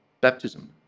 baptism